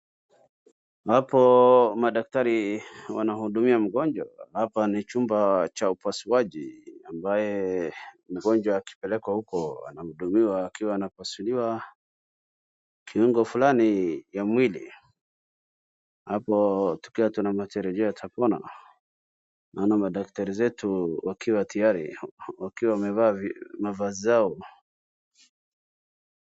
Hapo madaktari wanahudumia mgonjwa, hapa ni chumba cha upasuaji, ambapo mgonjwa akipelekwa huko anahudumiwa akiwa anapasuliwa, kiungo flani ya mwili, hapo tukiwa na matarijio atapona, maana madaktari wetu wakiwa tayari wakiwa wamevaa mavazi zao.